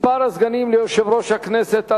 (מספר הסגנים ליושב-ראש הכנסת),